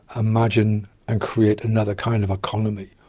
imagine and create another kind of economy?